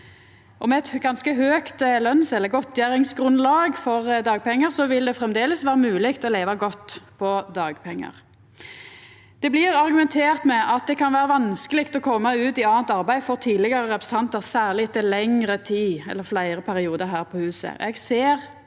Med eit ganske høgt godtgjeringsgrunnlag for dagpengar vil det framleis vera mogleg å leva godt på dagpengar. Det blir argumentert med at det kan vera vanskeleg å koma ut i anna arbeid for tidlegare representantar, særleg etter lengre tid eller fleire periodar her på huset.